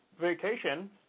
vacation